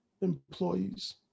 employees